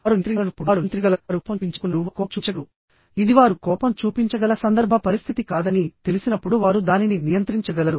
వారు నియంత్రించాలనుకున్నప్పుడు వారు నియంత్రించగలరు వారు కోపం చూపించాలనుకున్నప్పుడు వారు కోపం చూపించగలరుఇది వారు కోపం చూపించగల సందర్భ పరిస్థితి కాదని తెలిసినప్పుడు వారు దానిని నియంత్రించగలరు